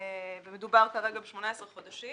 מדובר כרגע ב-18 חודשים